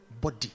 body